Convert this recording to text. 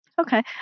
Okay